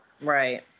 right